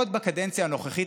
עוד בקדנציה הנוכחית,